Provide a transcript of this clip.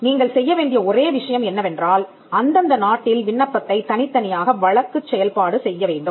நீங்கள் செய்ய வேண்டிய ஒரே விஷயம் என்னவென்றால் அந்தந்த நாட்டில் விண்ணப்பத்தைத் தனித்தனியாக வழக்குச் செயல்பாடு செய்ய வேண்டும்